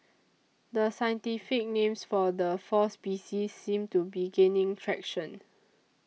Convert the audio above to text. the scientific names for the four species seem to be gaining traction